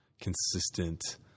consistent